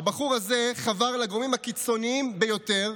הבחור הזה חבר לגורמים הקיצוניים ביותר,